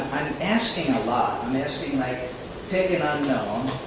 asking a lot. i'm asking like pick an unknown,